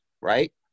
Right